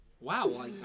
Wow